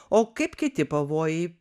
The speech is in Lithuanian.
o kaip kiti pavojai